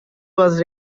was